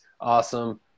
awesome